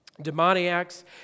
demoniacs